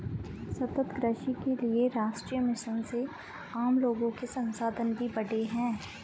सतत कृषि के लिए राष्ट्रीय मिशन से आम लोगो के संसाधन भी बढ़े है